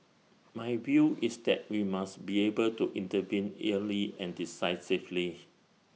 my view is that we must be able to intervene early and decisively